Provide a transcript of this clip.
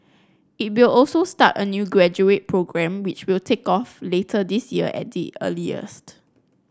it will also start a new graduate programme which will take off later this year at the earliest